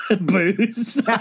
booze